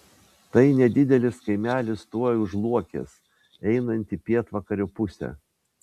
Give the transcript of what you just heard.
tai nedidelis kaimelis tuoj už luokės einant į pietvakarių pusę